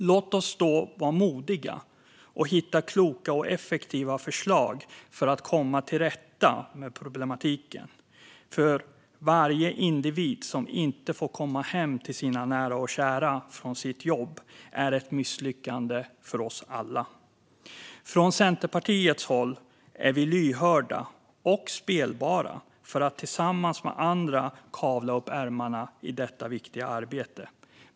Låt oss då vara modiga och hitta kloka och effektiva förslag för att komma till rätta med problematiken, för varje individ som inte får komma hem till sina nära och kära från sitt jobb är ett misslyckande för oss alla. Från Centerpartiets håll är vi lyhörda och spelbara för att tillsammans med andra kavla upp ärmarna i detta viktiga arbete.